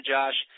Josh